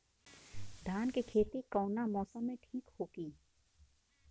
धान के खेती कौना मौसम में ठीक होकी?